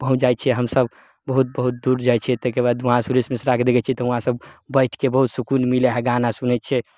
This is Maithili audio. पहुँच जाइ छियै हमसब बहुत बहुत दूर जाइ छियै ताहिके बाद वहाँ सुरेश मिश्राके देखै छियै तऽ वहाँ सब बैठके बहुत सुकुन मिलै हय गाना सुनै छियै